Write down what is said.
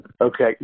Okay